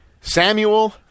Samuel